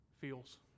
feels